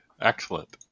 Excellent